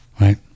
right